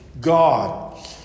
god